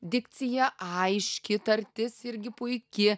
dikcija aiški tartis irgi puiki